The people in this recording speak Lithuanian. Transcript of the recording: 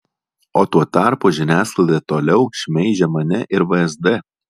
o tuo tarpu žiniasklaida toliau šmeižia mane ir vsd